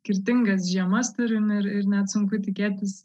skirtingas žiemas turim ir ir net sunku tikėtis